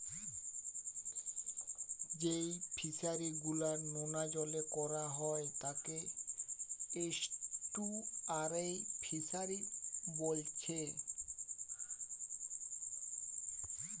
যেই ফিশারি গুলা নোনা জলে কোরা হয় তাকে এস্টুয়ারই ফিসারী বোলছে